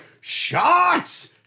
shots